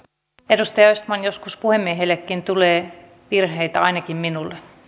edustaja östman joskus puhemiehellekin tulee virheitä ainakin minulle